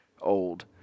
old